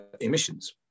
emissions